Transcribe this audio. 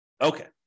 Okay